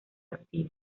activo